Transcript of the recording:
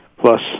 plus